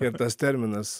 ir tas terminas